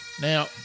Now